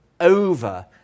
over